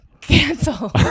Cancel